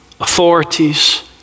authorities